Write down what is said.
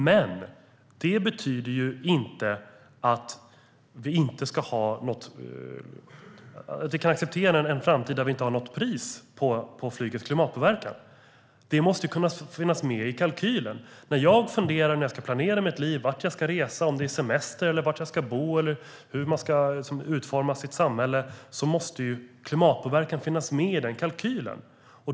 Men det betyder ju inte att vi kan acceptera en framtid där flygets klimatpåverkan inte har något pris. Det måste finnas med i kalkylen. När jag funderar och ska planera mitt liv - vart jag ska resa om det är semester, var jag ska bo eller hur man ska utforma sitt samhälle - måste klimatpåverkan finnas med i kalkylen.